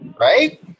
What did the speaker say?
right